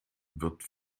wird